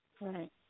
Right